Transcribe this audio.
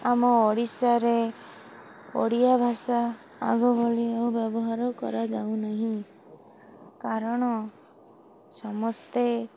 ଆମ ଓଡ଼ିଶାରେ ଓଡ଼ିଆ ଭାଷା ଆଗଭଳି ଆଉ ବ୍ୟବହାର କରାଯାଉ ନାହିଁ କାରଣ ସମସ୍ତେ